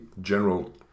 general